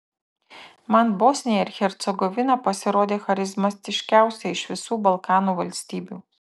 man bosnija ir hercegovina pasirodė charizmatiškiausia iš visų balkanų valstybių